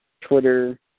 Twitter